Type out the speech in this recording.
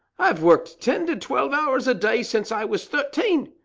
i've worked ten to twelve hours a day since i was thirteen,